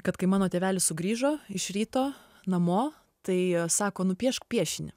kad kai mano tėvelis sugrįžo iš ryto namo tai sako nupiešk piešinį